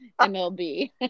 MLB